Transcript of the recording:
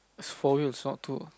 four wheels not two